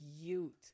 cute